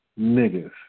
niggas